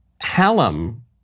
Hallam